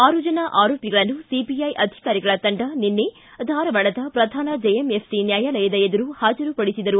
ಆರು ಆರೋಪಿಗಳನ್ನು ಸಿಬಿಐ ಅಧಿಕಾರಿಗಳ ತಂಡ ನಿನ್ನೆ ಧಾರವಾಡದ ಪ್ರಧಾನ ಜೆಎಂಎಫ್ಸಿ ನ್ಯಾಯಾಲಯದ ಎದುರು ಹಾಜರು ಪಡಿಸಿದರು